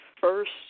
first